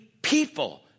People